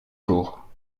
jours